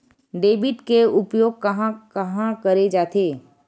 Debit के उपयोग कहां कहा करे जाथे?